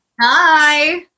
Hi